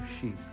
sheep